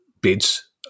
bids